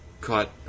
caught